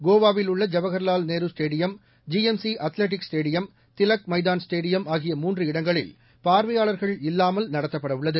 கோவாவில் உள்ள Jawaharlal Nehru stadium GMC athletic stadium Tilak ஸ்தான் ஸ்டேடியம் ஆகிய மூன்று இடங்களில் பார்வையாளர்கள் இல்லாமல் நடத்தப்படவுள்ளது